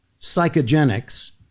psychogenics